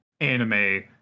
anime